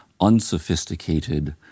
unsophisticated